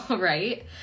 right